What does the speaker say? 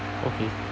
okay